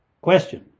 question